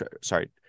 sorry